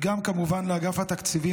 גם כמובן לאגף התקציבים,